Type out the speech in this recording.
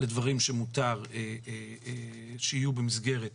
דברים שמותר שיהיו במסגרת